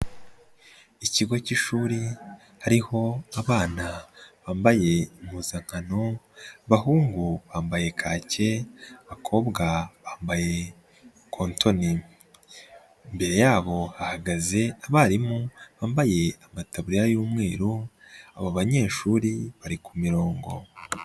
Ikigo k'ishuri hariho abana bambaye impuzankano, abahungu bambaye kake, abakobwa bambaye kontoni. Imbere yabo ahagaze abarimu bambaye amataburiya y'umweru abo banyeshuri bari ku mirongo.